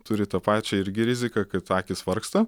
turi tą pačią irgi riziką kad akys vargsta